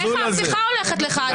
איך ההפיכה הולכת לך?